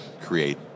create